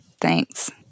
Thanks